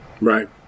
Right